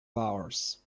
hours